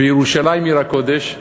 בירושלים עיר הקודש,